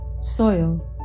soil